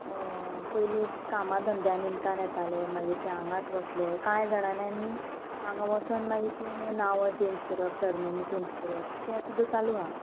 पयलीं कामा धंद्या निमतान येताले मागीर ते हांगाच वसले कांय जाणांनी हांगा वसोन मागीर तीं नांवां चेंज करप सरनेम चेंज करप तें सुद्दां चालू आहा